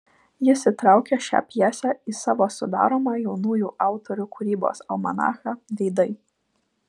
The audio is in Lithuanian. jis įtraukė šią pjesę į savo sudaromą jaunųjų autorių kūrybos almanachą veidai